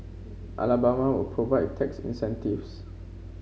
Alabama will provide tax incentives